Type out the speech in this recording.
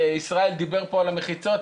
ישראל דיבר פה על המחיצות,